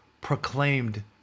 proclaimed